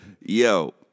Yo